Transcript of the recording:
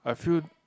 I feel